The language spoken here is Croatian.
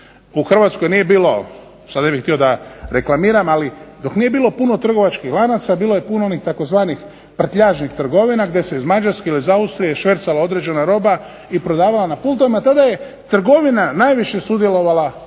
u Hrvatskoj nije bilo sad ne bih htio da reklamiram, ali dok nije bilo puno trgovačkih lanaca bilo je puno onih tzv. prtljažnik trgovina gdje se iz Mađarske ili iz Austrije švercala određena roba i prodavala na pultovima. Tada je trgovina najviše sudjelovala